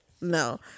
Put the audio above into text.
No